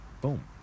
Boom